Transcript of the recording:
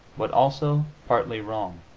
but also partly wrong.